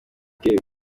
eric